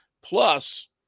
Plus